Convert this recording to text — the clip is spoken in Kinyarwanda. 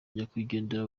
nyakwigendera